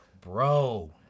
Bro